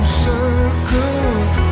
circles